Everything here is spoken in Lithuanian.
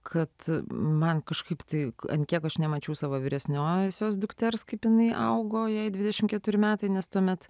kad man kažkaip tai ant kiek aš nemačiau savo vyresniosios dukters kaip jinai augo jai dvidešim keturi metai nes tuomet